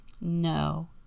No